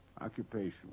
Occupation